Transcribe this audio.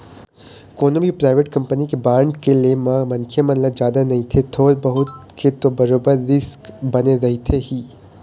कोनो भी private company के बांड के ले म मनखे मन ल जादा नइते थोर बहुत के तो बरोबर रिस्क बने रहिथे ही